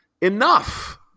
Enough